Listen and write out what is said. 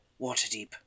Waterdeep